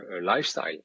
lifestyle